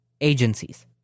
agencies